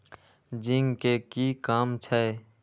Zinc के कि काम छै?